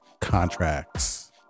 contracts